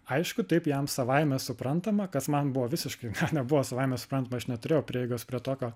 aišku taip jam savaime suprantama kas man buvo visiškai nebuvo savaime suprantama aš neturėjau prieigos prie tokio